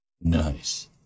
Nice